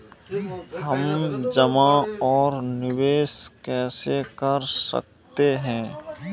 हम जमा और निवेश कैसे कर सकते हैं?